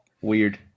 Weird